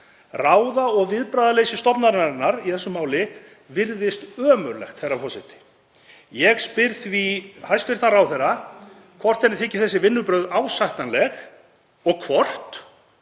Ráða- og viðbragðaleysi stofnunarinnar í þessu máli virðist ömurlegt, herra forseti. Ég spyr því hæstv. ráðherra hvort henni þyki þessi vinnubrögð ásættanleg og hvort